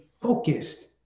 focused